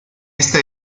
esta